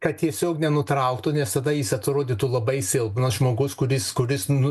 kad tiesiog nenutrauktų nes tada jis atrodytų labai silpnas žmogus kuris kuris nu